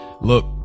look